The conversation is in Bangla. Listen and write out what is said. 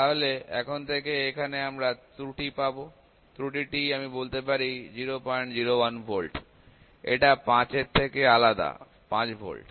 তাহলে এখন থেকে এখানে আমরা ত্রুটি পাব ত্রুটি টি আমি বলতে পারি ০০১ভোল্ট এটা ৫এর থেকে আলাদা ৫ ভোল্ট